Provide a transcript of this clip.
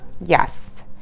yes